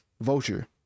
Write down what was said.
Vulture